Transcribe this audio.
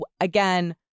again